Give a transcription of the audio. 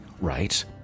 right